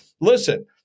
Listen